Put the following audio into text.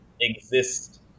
exist